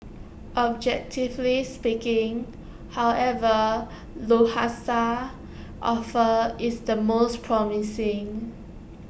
objectively speaking however Lufthansa's offer is the most promising